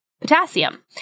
potassium